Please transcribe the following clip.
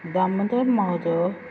Damodar Mauzo